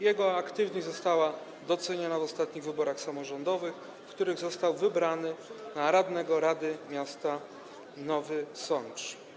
Jego aktywność została doceniona w ostatnich wyborach samorządowych, w których został wybrany na radnego Rady Miasta Nowy Sącz.